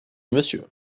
monsieur